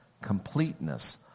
completeness